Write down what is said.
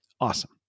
Awesome